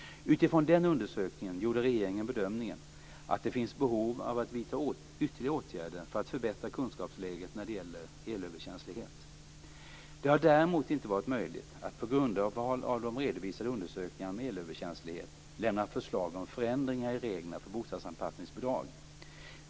Utifrån den undersökningen gjorde regeringen bedömningen att det finns behov av att vidta ytterligare åtgärder för att förbättra kunskapsläget när det gäller elöverkänslighet. Det har däremot inte varit möjligt att på grundval av de redovisade undersökningarna om elöverkänslighet lämna förslag om förändringar i reglerna för bostadsanpassningsbidrag.